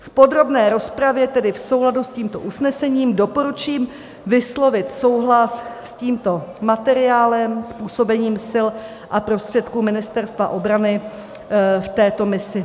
V podrobné rozpravě v souladu s tímto usnesením doporučím vyslovit souhlas s tímto materiálem, s působením sil a prostředků Ministerstva obrany v této misi.